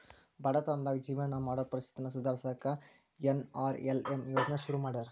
ಬಡತನದಾಗ ಜೇವನ ಮಾಡೋರ್ ಪರಿಸ್ಥಿತಿನ ಸುಧಾರ್ಸಕ ಎನ್.ಆರ್.ಎಲ್.ಎಂ ಯೋಜ್ನಾ ಶುರು ಮಾಡ್ಯಾರ